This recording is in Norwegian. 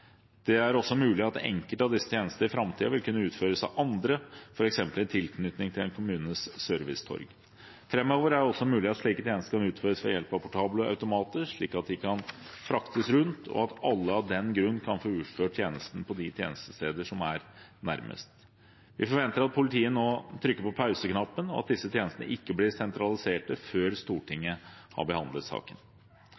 Det er også mulig at enkelte av disse tjenestene i framtiden vil kunne utføres av andre, f.eks. i tilknytning til en kommunes servicetorg. Framover er det også mulig at slike tjenester kan utføres ved hjelp av portable automater, slik at de kan fraktes rundt, og at alle av den grunn kan få utført tjenesten på de tjenestesteder som er nærmest. Vi forventer at politiet nå trykker på pauseknappen, og at disse tjenestene ikke blir sentralisert før